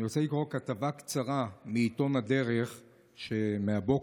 אני רוצה לקרוא כתבה קצרה מעיתון הדרך מהבוקר,